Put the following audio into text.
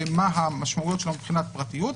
ומה המשמעויות שלו מבחינת הפרטיות.